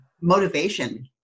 motivation